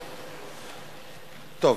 טוב.